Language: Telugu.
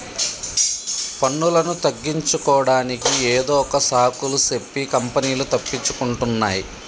పన్నులను తగ్గించుకోడానికి ఏదొక సాకులు సెప్పి కంపెనీలు తప్పించుకుంటున్నాయ్